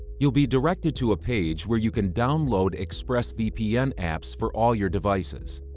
you'll be directed to a page where you can download expressvpn apps for all your devices.